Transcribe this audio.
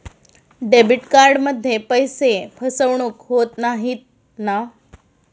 Debit कार्डमध्ये पैसे फसवणूक होत नाही ना?